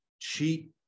cheat